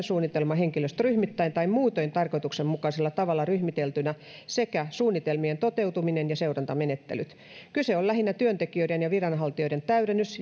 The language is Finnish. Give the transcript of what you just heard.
suunnitelma henkilöstöryhmittäin tai muutoin tarkoituksenmukaisella tavalla ryhmiteltynä sekä suunnitelmien toteuttaminen ja seurantamenettelyt kyse on lähinnä työntekijöiden ja viranhaltijoiden täydennys